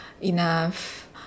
enough